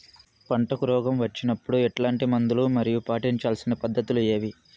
పంటకు రోగం వచ్చినప్పుడు ఎట్లాంటి మందులు మరియు పాటించాల్సిన పద్ధతులు ఏవి?